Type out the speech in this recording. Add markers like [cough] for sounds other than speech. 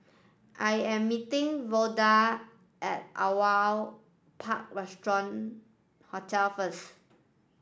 I am meeting Vonda at Aliwal Park [unintelligible] Hotel first